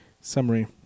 Summary